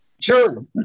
Sure